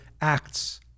acts